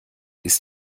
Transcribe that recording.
ist